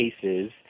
cases